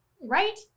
right